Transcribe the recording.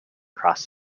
across